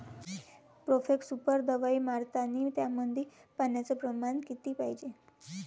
Profex super दवाई मारतानी त्यामंदी पान्याचं प्रमाण किती पायजे?